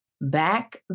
back